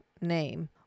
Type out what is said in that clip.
name